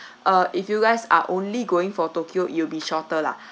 uh if you guys are only going for tokyo it'll be shorter lah